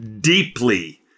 deeply